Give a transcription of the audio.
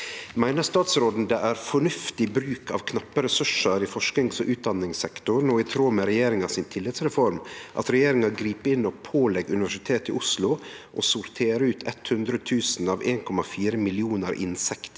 «Meiner statsråd- en det er fornuftig bruk av knappe ressursar i forskingsog utdanningssektoren og i tråd med regjeringa sin Tillitsreform at regjeringa grip inn og pålegg Universitetet i Oslo å sortere ut 100 000 av 1,4 millionar insekt